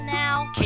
now